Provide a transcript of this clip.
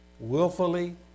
willfully